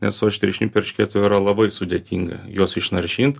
nes su aštriašnipiu eršketu yra labai sudėtinga juos išnaršint